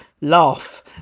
laugh